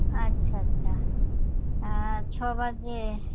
ᱟᱪᱪᱷᱟ ᱟᱪᱪᱷᱟ ᱪᱷᱚ ᱵᱟᱡᱮ